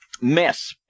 mess